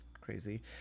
crazy